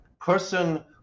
person